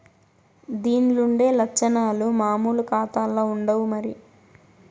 దీన్లుండే లచ్చనాలు మామూలు కాతాల్ల ఉండవు మరి